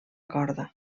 corda